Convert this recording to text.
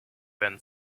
then